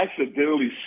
accidentally